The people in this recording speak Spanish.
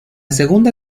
segunda